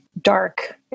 dark